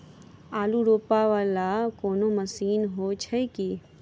आलु रोपा वला कोनो मशीन हो छैय की?